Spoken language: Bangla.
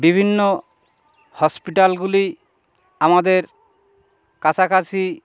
বিভিন্ন হসপিটালগুলি আমাদের কাছাকাছি